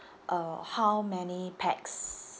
uh how many pax